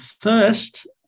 first